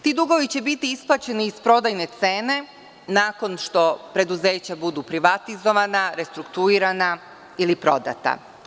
Ti dugovi će biti isplaćeni iz prodajne cene nakon što preduzeća budu privatizovana, restruktuirana ili prodata.